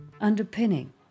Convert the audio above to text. Underpinning